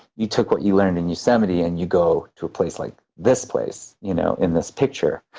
you took what you learned in yosemite and you go to a place like this place you know in this picture